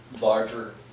larger